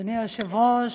אדוני היושב-ראש,